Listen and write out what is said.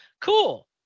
Cool